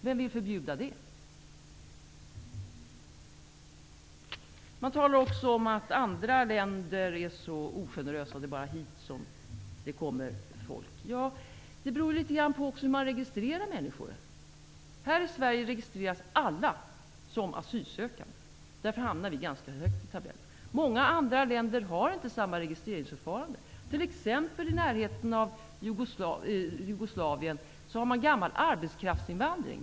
Vem vill förbjuda sådan invandring? Man talar också om att andra länder är så ogenerösa och att det bara är hit som det kommer invandrare. Det beror också litet grand på hur man registrerar människor. Här i Sverige registreras precis alla som asylsökande. Därför hamnar vi ganska högt i tabellen. I många andra länder har man inte samma registreringsförfarande. I länder i närheten av Jugoslavien har man en tidigare arbetskraftsinvandring.